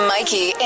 Mikey